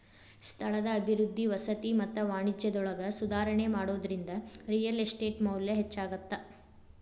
ಸ್ಥಳದ ಅಭಿವೃದ್ಧಿ ವಸತಿ ಮತ್ತ ವಾಣಿಜ್ಯದೊಳಗ ಸುಧಾರಣಿ ಮಾಡೋದ್ರಿಂದ ರಿಯಲ್ ಎಸ್ಟೇಟ್ ಮೌಲ್ಯ ಹೆಚ್ಚಾಗತ್ತ